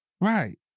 Right